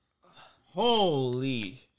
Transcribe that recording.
Holy